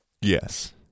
Yes